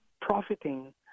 profiting